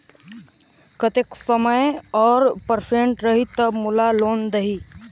कतेक समय और परसेंट रही तब मोला लोन देही?